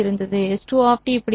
S2 எப்படி இருந்தது